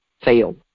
fail